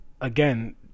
again